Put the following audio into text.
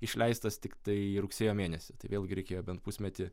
išleistas tiktai rugsėjo mėnesį tai vėlgi reikėjo bent pusmetį